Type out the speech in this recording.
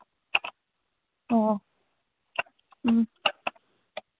ꯑꯣ ꯎꯝ